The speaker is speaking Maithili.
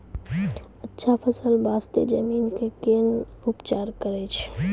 अच्छा फसल बास्ते जमीन कऽ कै ना उपचार करैय छै